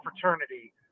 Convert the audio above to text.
fraternity